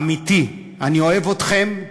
אמיתי, אני אוהב אתכם,